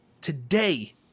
Today